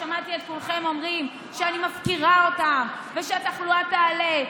שמעתי את כולכם אומרים שאני מפקירה אותם ושהתחלואה תעלה.